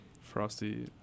Frosty